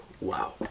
wow